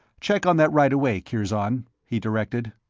check on that, right away, kirzon, he directed.